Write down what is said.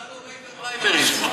מפלגות עם פריימריז.